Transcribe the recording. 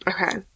okay